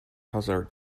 hazard